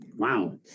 Wow